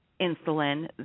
insulin